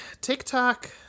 TikTok